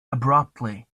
abruptly